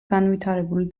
განვითარებული